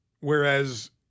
Whereas